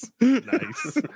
Nice